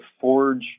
forge